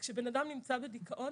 וכאשר אדם נמצא בדיכאון